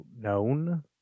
known